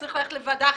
מוועדת העבודה,